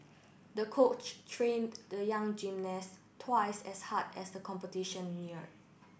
the coach trained the young gymnast twice as hard as the competition neared